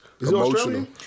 emotional